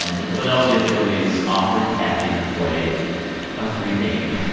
um the philadelphia phillies offered kathy mcway a free game.